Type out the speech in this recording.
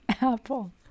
Apple